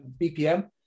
BPM